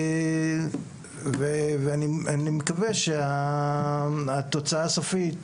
ואני מקווה שהתוצאה הסופית,